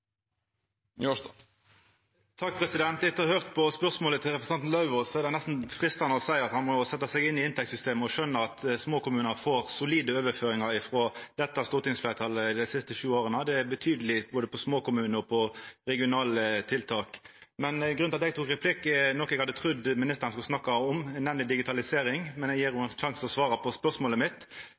Etter å ha høyrt spørsmålet frå representanten Lauvås er det nesten freistande å seia at han må setja seg inn i inntektssystemet og skjøna at små kommunar har fått solide overføringar av dette stortingsfleirtalet dei siste sju åra. Det er betydeleg både for små kommunar og for regionale tiltak. Grunnen til at eg tok replikk, er noko eg hadde trudd ministeren skulle snakka om, nemleg digitalisering, men eg gjev henne sjansen til å svara på spørsmålet mitt.